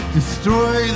Destroy